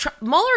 Mueller